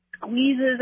squeezes